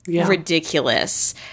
ridiculous